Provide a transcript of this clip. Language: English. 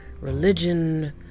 religion